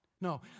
No